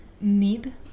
need